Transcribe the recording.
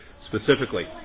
specifically